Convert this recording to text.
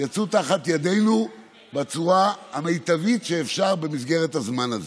יצאו מתחת ידינו בצורה המיטבית שאפשר במסגרת הזמן הזאת.